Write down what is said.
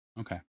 Okay